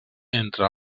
entre